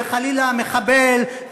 וחלילה מחבל,